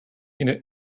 into